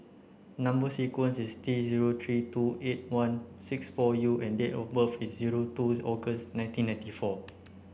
number sequence is T zero three two eight one six four U and date of birth is zero two August nineteen ninety four